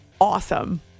awesome